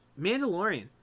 Mandalorian